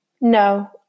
No